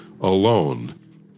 alone